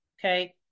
okay